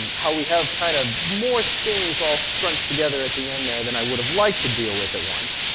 how we have, kind of, more things all scrunched together at the end there then i would have liked to deal with at once,